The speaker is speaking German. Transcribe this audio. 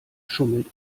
schummelt